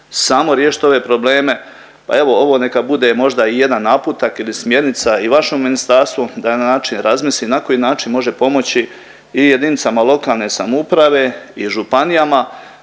samo riješiti ove probleme. Pa evo ovo neka bude možda i jedan naputak ili smjernica i vašem ministarstvu da razmisli na koji način može pomoći i jedinicama lokalne samouprave i županijama,